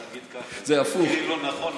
בוא נגיד ככה: אם הוא יקריא לא נכון,